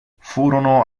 furono